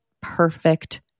perfect